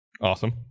Awesome